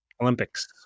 Olympics